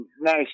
Nice